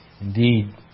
Indeed